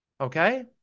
Okay